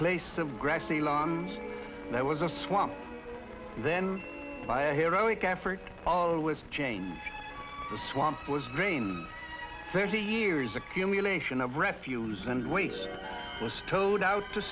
place of a grassy lawn that was a swamp then by heroic effort always change the swamp was rain thirty years accumulation of refuse and waste was towed out to